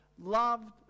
loved